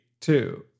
two